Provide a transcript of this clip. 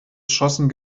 schossen